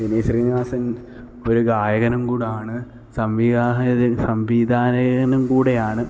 വിനീത് ശ്രീനിവാസന് ഒരു ഗായകനും കൂടി ആണ് സംവിധായാ സംവിധായകനും കൂടി ആണ്